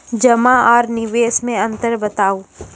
जमा आर निवेश मे अन्तर बताऊ?